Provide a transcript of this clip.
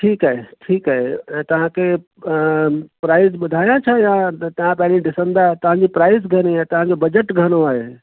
ठीकु आहे ठीकु आहे ऐं तव्हांखे प्राइस ॿुधायां या छा त पहिरीं ॾिसंदा तव्हांजी प्राइस घणी आहे तव्हांजो बजट घणो आहे